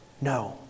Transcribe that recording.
No